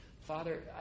Father